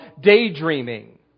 daydreaming